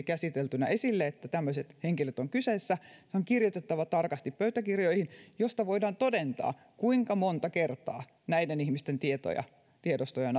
käsiteltynä esille että tämmöiset henkilöt ovat kyseessä se on kirjoitettava tarkasti pöytäkirjoihin joista voidaan todentaa kuinka monta kertaa näiden ihmisten tietoja tiedostoja